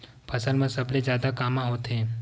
फसल मा सबले जादा कामा होथे?